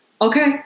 okay